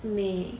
may